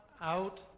out